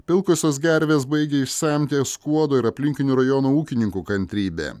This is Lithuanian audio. pilkosios gervės baigia išsemti skuodo ir aplinkinių rajonų ūkininkų kantrybę